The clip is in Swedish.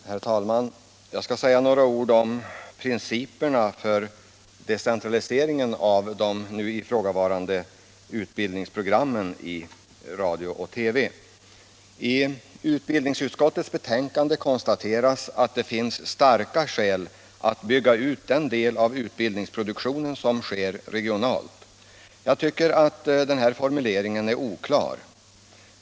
Herr talman! Jag skall säga några ord om principerna för decentraliseringen av de nu ifrågavarande utbildningsprogrammen i radio och TV. I utbildningsutskottets betänkande konstateras att det finns starka skäl att bygga ut den del av utbildningsprogramproduktionen som sker regionalt. Jag tycker den här formuleringen är oklar.